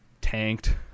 tanked